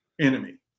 enemy